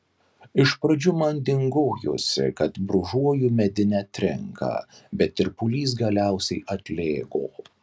iš pradžių man dingojosi kad brūžuoju medinę trinką bet tirpulys galiausiai atlėgo